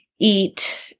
eat